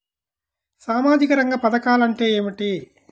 సామాజిక రంగ పధకాలు అంటే ఏమిటీ?